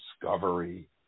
discovery